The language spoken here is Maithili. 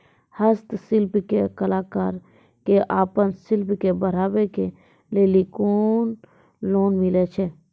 हस्तशिल्प के कलाकार कऽ आपन शिल्प के बढ़ावे के लेल कुन लोन मिलै छै?